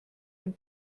ein